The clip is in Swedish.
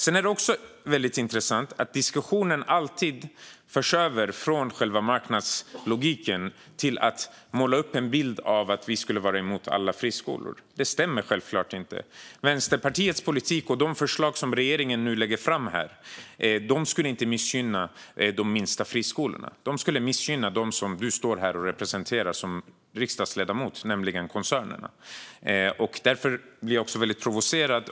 Det är också intressant att diskussionen alltid förs över från själva marknadslogiken till att måla upp en bild av att vi skulle vara emot alla friskolor. Det stämmer självklart inte. Vänsterpartiets politik och de förslag som regeringen nu lägger fram här skulle inte missgynna de minsta friskolorna. De skulle missgynna dem som Christian Carlsson står här och representerar som riksdagsledamot, nämligen koncernerna. Jag blir väldigt provocerad.